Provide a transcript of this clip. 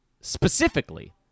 specifically